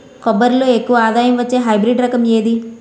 కొబ్బరి లో ఎక్కువ ఆదాయం వచ్చే హైబ్రిడ్ రకం ఏది?